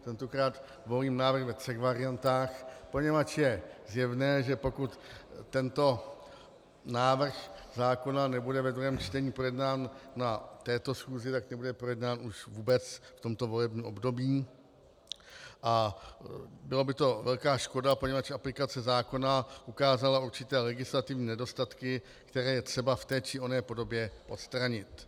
Tentokrát volím návrh ve třech variantách, poněvadž je zjevné, že pokud tento návrh zákona nebude ve druhém čtení projednán na této schůzi, tak nebude projednán už vůbec v tomto volebním období, a byla by to velká škoda, poněvadž aplikace zákona ukázala určité legislativní nedostatky, které je třeba v té či oné podobě odstranit.